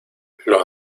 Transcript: los